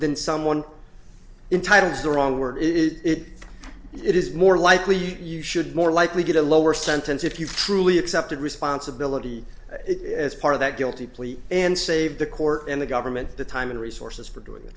than someone in titles the wrong word is it it is more likely you should more likely get a lower sentence if you truly accepted responsibility it as part of that guilty plea and save the court and the government the time and resources for doing